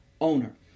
owner